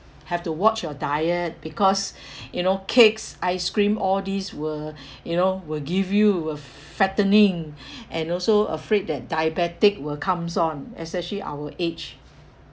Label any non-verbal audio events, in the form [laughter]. have to watch your diet because [breath] you know cakes ice cream all these will [breath] you know will give you uh fattening [breath] and also afraid that diabetic will comes on especially our age